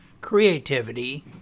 creativity